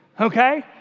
okay